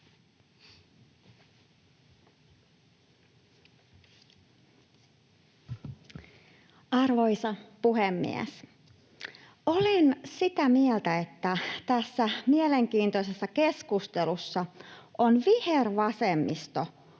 Arvoisa puhemies! Olen sitä mieltä, että tässä mielenkiintoisessa keskustelussa on vihervasemmisto